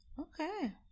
okay